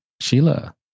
Sheila